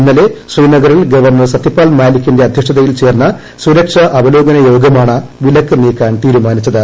ഇന്നലെ ശ്രീനഗറിൽ ഗവർണർ സത്യപാൽ മാലിക്കിന്റെ അധ്യക്ഷതയിൽ ചേർന്ന സുരക്ഷാ അവലോകന യോഗമാണ് വിലക്ക് നീക്കാൻ തീരുമാനിച്ചത്